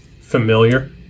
familiar